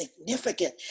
significant